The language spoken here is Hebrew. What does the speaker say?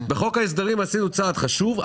בחוק ההסדרים עשינו צעד חשוב,